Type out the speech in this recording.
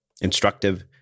instructive